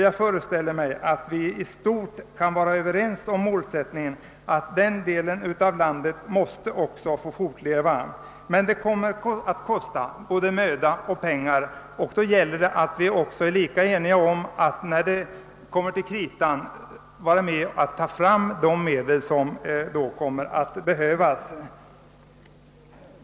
Jag föreställer mig att vi i stort kan vara överens om målsättningen att den delen av landet också skall få fortleva. Detta kommer att kosta oss mycken möda och mycket pengar. Det gäller för oss att skaffa fram de medel som då kommer att behövas.